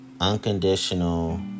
unconditional